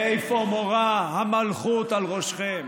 איפה מורא המלכות על ראשכם?